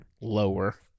Lower